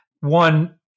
one